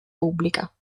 pubblica